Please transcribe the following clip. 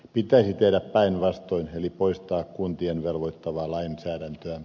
pitäisi tehdä päinvastoin eli poistaa kuntia velvoittavaa lainsäädäntöä